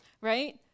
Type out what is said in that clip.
Right